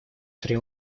шри